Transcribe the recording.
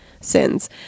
sins